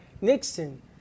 Nixon